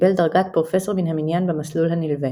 וקיבל דרגת פרופסור מן המניין במסלול הנלווה.